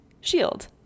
shield